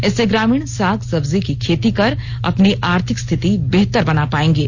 इससे ग्रामीण साग सब्जी की खेती कर अपनी आर्थिक स्थिति बेहतर बना पाएंगे